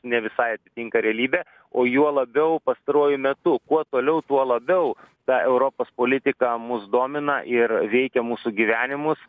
ne visai atitinka realybę o juo labiau pastaruoju metu kuo toliau tuo labiau ta europos politika mus domina ir veikia mūsų gyvenimus